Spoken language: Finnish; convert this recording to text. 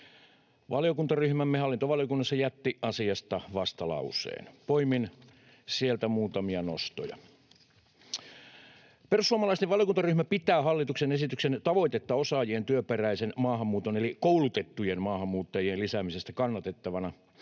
Valiokuntaryhmämme hallintovaliokunnassa jätti asiasta vastalauseen. Poimin sieltä muutamia nostoja. Perussuomalaisten valiokuntaryhmä pitää hallituksen esityksen tavoitetta osaajien työperäisen maahanmuuton eli koulutettujen maahanmuuttajien lisäämisestä kannatettavana.